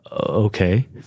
okay